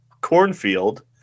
cornfield